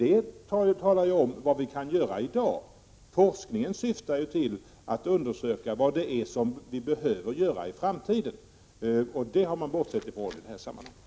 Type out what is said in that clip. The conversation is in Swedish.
Detta talar om vad vi kan göra i dag, men forskningen syftar till att undersöka vad det är vi behöver göra i framtiden. Det senare har man bortsett ifrån i det här sammanhanget.